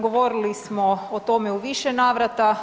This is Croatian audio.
Govorili smo o tome u više navrata.